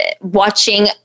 watching